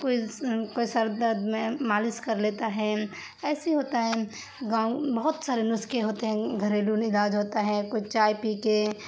کوئی کوئی سر درد میں مالش کر لیتا ہے ایسے ہی ہوتا ہے گاؤں بہت سارے نسخے ہوتے ہیں گھریلو مزاج ہوتا ہے کچھ چائے پی کے